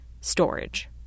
storage